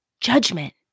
judgment